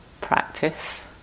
practice